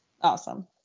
awesome